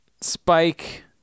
Spike